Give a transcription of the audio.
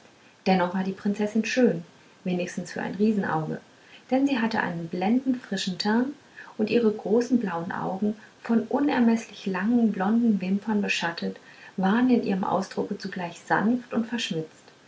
dennoch war die prinzessin schön wenigstens für ein riesenauge denn sie hatte einen blendend frischen teint und ihre großen blauen augen von unermeßlich langen blonden wimpern beschattet waren in ihrem ausdrucke zugleich sanft und verschmitzt